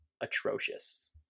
atrocious